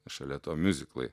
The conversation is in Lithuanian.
šalia to miuziklai